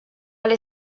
alle